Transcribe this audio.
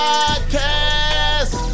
Podcast